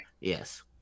yes